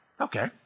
Okay